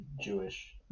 Jewish